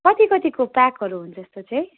कति कतिको प्याकहरू हुन्छ यस्तो चाहिँ